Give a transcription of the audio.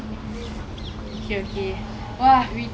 ya have you seen my profile pictures from disneyland